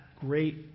great